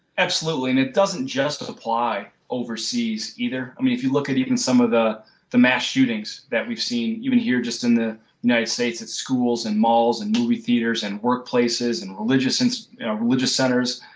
absolutely and it doesn't just apply overseas either i mean if you look at even some of the the mass shootings that we've seen even here just in the united states at schools and malls and movie theatres and workplaces and religious and religious centers,